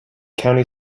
county